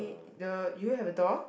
the you have a door